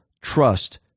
trust